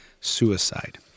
suicide